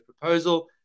proposal